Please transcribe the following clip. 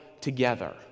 together